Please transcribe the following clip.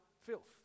filth